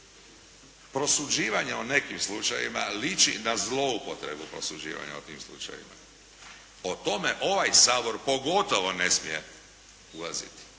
Prosuđivanje o nekim slučajevima liči na zloupotrebu prosuđivanja o tim slučajevima. O tome ovaj Sabor pogotovo ne smije ulaziti.